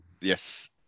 Yes